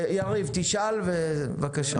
יריב, תשאל, בבקשה.